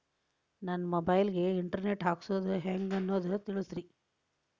ನನ್ನ ಮೊಬೈಲ್ ಗೆ internet ಹಾಕ್ಸೋದು ಹೆಂಗ್ ಅನ್ನೋದು ತಿಳಸ್ರಿ